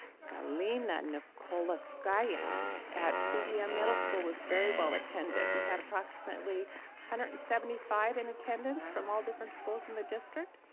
galina nikolskaya at cdm middle school was very well attended. we had approximately one hundred and seventy five in attendance from all different schools in the district.